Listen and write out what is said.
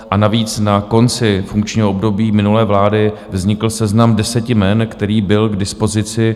A navíc, na konci funkčního období minulé vlády vznikl seznam deseti jmen, který byl k dispozici.